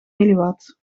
milliwatt